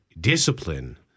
discipline